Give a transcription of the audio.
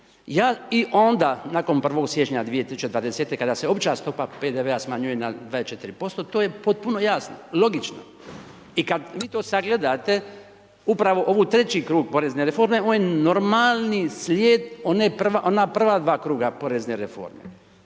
i onda nakon 1. siječnja 2020. kada se opća stopa PDV-a smanjuje na 24% to je potpuno jasno, logično i kad vi to sagledate upravo ovaj treći krug porezne reforme to je normalni slijed ova prva dva kruga porezne reforme.